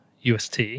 UST